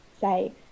say